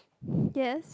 yes